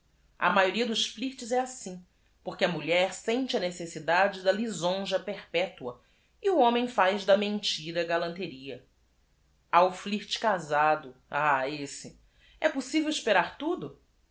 maioria dos flirts é assim porque a mulher sente a necessidade da lisonja per petua e o homem faz da m e n t i r a galanteria a o f l i r t casado h esse possivel esperar tudo